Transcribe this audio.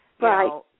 Right